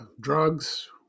drugs